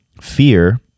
fear